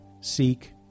seek